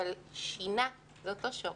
אבל "שינה" הוא מאותו שורש,